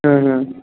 ହୁଁ ହୁଁ